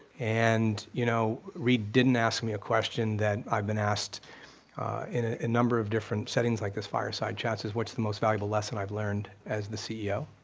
and, you know, reid didn't ask me a question that i've been asked in a number of different settings like this fireside chats is what's the most valuable lesson i've learned as the ceo?